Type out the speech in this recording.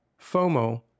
FOMO